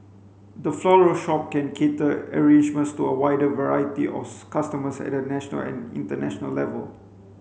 the floral shop can cater arrangements to a wider variety of customers at a national and international level